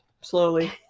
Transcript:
slowly